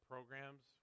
Programs